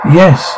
Yes